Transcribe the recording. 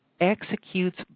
executes